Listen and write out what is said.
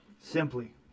Simply